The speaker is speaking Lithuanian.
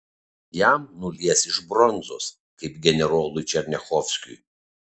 jam nulies iš bronzos kaip generolui černiachovskiui